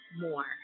more